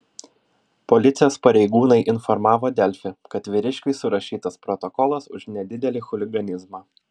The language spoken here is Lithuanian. policijos pareigūnai informavo delfi kad vyriškiui surašytas protokolas už nedidelį chuliganizmą